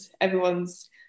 everyone's